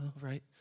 right